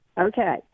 okay